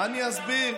אסביר.